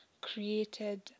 Created